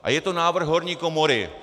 A je to návrh horní komory.